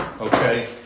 Okay